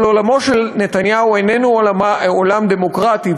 אבל עולמו של נתניהו איננו עולם דמוקרטי.